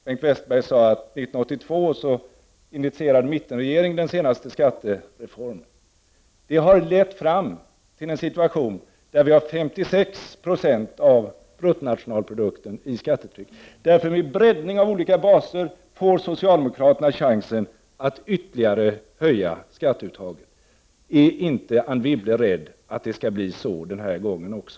Bengt Westerberg sade att mittenregeringen 1982 initierade den senaste skattereformen. Det har lett fram till en situation där 56 96 av bruttonationalprodukten motsvaras av skattetrycket. Med en breddning av olika baser får socialdemokraterna chansen att ytterligare öka skatteuttaget. Är Anne Wibble inte rädd för att det blir så den här gången också?